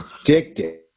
addicted